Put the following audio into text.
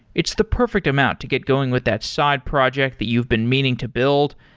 it's the perfect amount to get going with that side project that you've been meaning to build.